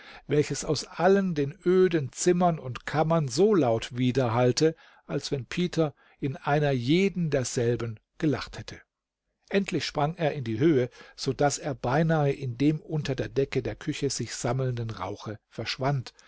welches aus allen den öden zimmern und kammern so laut widerhallte als wenn peter in einer jeden derselben gelacht hätte endlich sprang er in die höhe sodaß er beinahe in dem unter der decke der küche sich sammelnden rauche verschwand